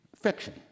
fiction